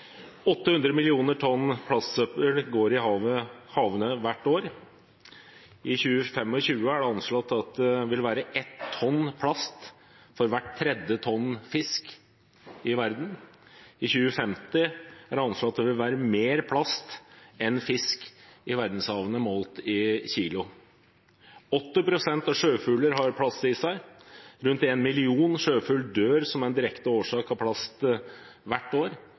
det anslått at det vil være ett tonn plast for hvert tredje tonn fisk i verden. I 2050 er det anslått at det vil være mer plast enn fisk i verdenshavene målt i kilo. 80 pst. av sjøfuglene har plast i seg. Rundt en million sjøfugl dør som en direkte årsak av plast hvert år,